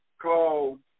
called